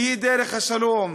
והיא דרך השלום.